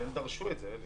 הם דרשו את זה, אלי.